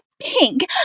pink